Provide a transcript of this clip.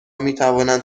میتوانند